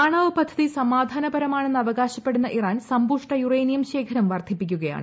ആണവ പദ്ധതി സമാധാനപരമാണെന്ന് അവകാശപ്പെടുന്ന ഇറാൻ സമ്പൂഷ്ട യുറേനിയം ശേഖരം വർദ്ധിപ്പിക്കുകയാണ്